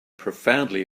profoundly